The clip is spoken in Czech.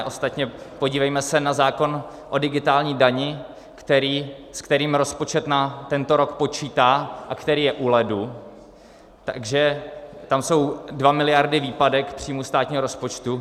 Ostatně podívejme se na zákon o digitální dani, se kterým rozpočet na tento rok počítá a který je u ledu, takže tam jsou 2 miliardy výpadek příjmů státního rozpočtu.